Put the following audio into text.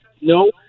no